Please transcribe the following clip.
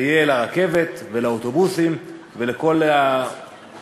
זה יהיה לרכבת ולאוטובוסים ולכל